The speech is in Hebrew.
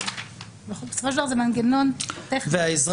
בסופו של דבר זה מנגנון טכני.